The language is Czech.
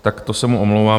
Tak to se mu omlouvám.